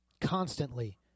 constantly